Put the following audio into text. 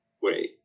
Wait